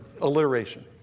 Alliteration